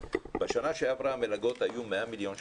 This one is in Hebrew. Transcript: בשנה שעברה המלגות היו 100 מיליון שקלים.